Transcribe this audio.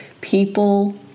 people